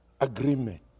agreement